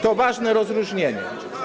To ważne rozróżnienie.